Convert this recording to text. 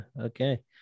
okay